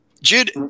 Jude